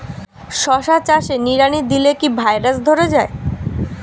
শশা চাষে নিড়ানি দিলে কি ভাইরাস ধরে যায়?